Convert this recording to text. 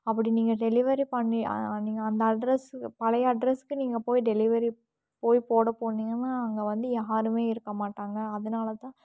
அப்படி நீங்கள் டெலிவரி பண்ணி நீங்கள் அந்த அட்ரஸுக்கு பழைய அட்ரஸுக்கு நீங்கள் போயி டெலிவரி போய் போட போனீங்கன்னால் அங்கே வந்து யாருமே இருக்க மாட்டாங்க அதனால தான்